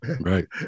Right